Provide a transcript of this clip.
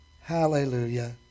Hallelujah